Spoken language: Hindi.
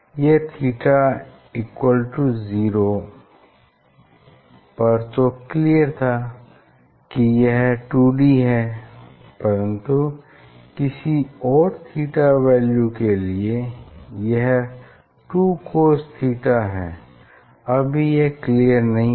यह थीटा इक्वेल टू जीरो पर तो क्लियर था कि यह 2d है परन्तु किसी और थीटा वैल्यू के लिए यह 2dcos थीटा है अभी यह क्लियर नहीं है